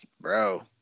bro